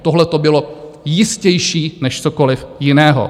Tohleto bylo jistější než cokoliv jiného.